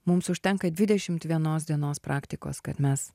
mums užtenka dvidešimt vienos dienos praktikos kad mes